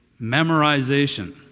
memorization